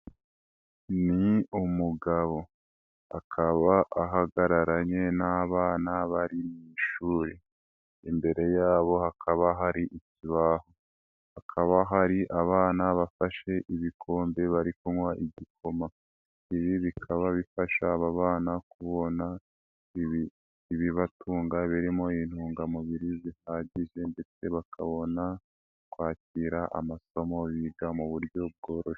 Ni umugabo, akaba ahagararanye n'abana bari mu ishuri, imbere yabo hakaba hari ikibaho, hakaba hari abana bafashe ibikombe bari kunywa igikoma, ibi bikaba bifasha aba bana kubona ibibatunga birimo intungamubiri zihagije ndetse bakabona kwakira amasomo biga mu buryo bworoshye.